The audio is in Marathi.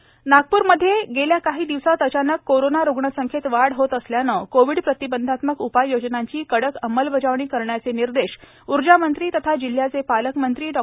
नितीन राऊत नागप्रमध्ये गेल्या काही दिवसात अचानक कोरोना रुग्णसंख्येत वाढ होत असल्यानं कोविड प्रतिबंधात्मक उपाय योजनेची कडक अंमलबजावणी करण्याचे निर्देश ऊर्जा मंत्री तथा जिल्ह्याचे पालकमंत्री डॉ